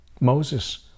Moses